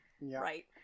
Right